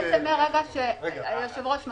--- אני